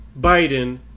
Biden